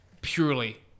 purely